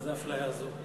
מה זאת האפליה הזאת?